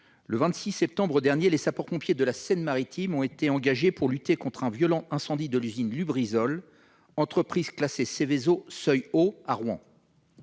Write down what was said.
Le 26 septembre dernier, les sapeurs-pompiers de la Seine-Maritime ont été engagés pour lutter contre un violent incendie de l'usine Lubrizol, entreprise classée « Seveso, seuil haut », à Rouen.